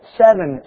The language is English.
seven